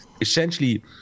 essentially